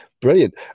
Brilliant